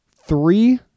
three